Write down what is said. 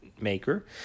maker